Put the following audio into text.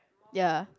ya